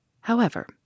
However